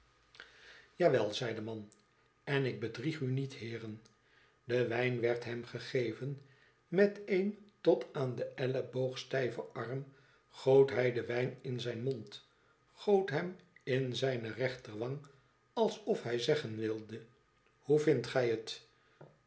jawel zei de man ten ik bedrieg uniet heeren de wijn werd hem gegeven met een tot aan den elleboog stijven arm goot hij den wijn in zijn mond goot hem in zijne rechterwang alsof hij zeggen wilde hoe vindt gij het